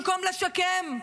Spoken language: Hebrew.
במקום לשקם,